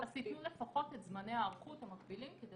אז תנו לפחות את זמני ההיערכות המקבילים כדי